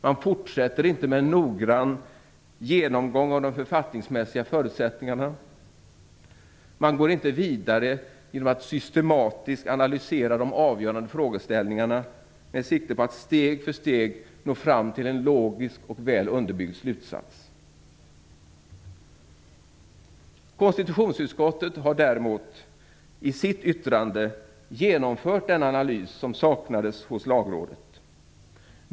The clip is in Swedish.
Man fortsätter inte med en noggrann genomgång av de författningsmässiga förutsättningarna. Man går inte vidare genom att systematiskt analysera de avgörande frågeställningarna med sikte på att steg för steg nå fram till en logisk och väl underbyggd slutsats. Konstitutionsutskottet har däremot i sitt yttrande genomfört den analys som saknades hos Lagrådet.